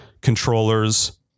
controllers